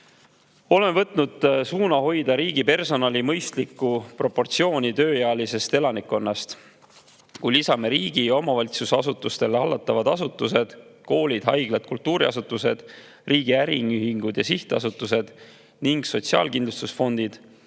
Oleme võtnud suuna hoida riigipersonali mõistlikku proportsiooni tööealisest elanikkonnast. Kui lisame siia riigi- ja omavalitsusasutuste hallatavad asutused, koolid, haiglad, kultuuriasutused, riigi äriühingud ja sihtasutused ning sotsiaalkindlustusfondid,